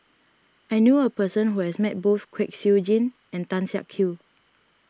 I knew a person who has met both Kwek Siew Jin and Tan Siak Kew